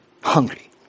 hungry